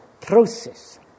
process